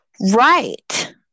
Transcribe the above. Right